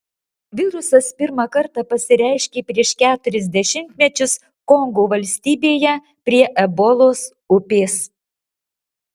virusas pirmą kartą pasireiškė prieš keturis dešimtmečius kongo valstybėje prie ebolos upės